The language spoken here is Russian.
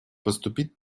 поступить